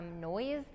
noise